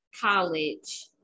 college